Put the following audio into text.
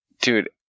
dude